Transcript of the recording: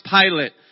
Pilate